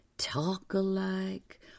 talk-alike